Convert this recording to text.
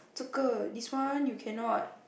这个·: zhe ge this one you cannot